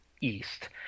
East